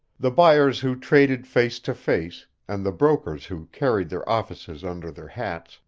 the buyers who traded face to face, and the brokers who carried their offices under their hats,